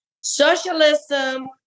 socialism